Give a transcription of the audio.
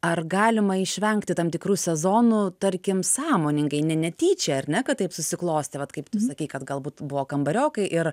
ar galima išvengti tam tikrų sezonų tarkim sąmoningai ne netyčia ar ne kad taip susiklostė vat kaip tu sakei kad galbūt buvo kambariokai ir